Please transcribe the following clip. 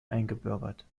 eingebürgert